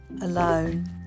alone